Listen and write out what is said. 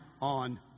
on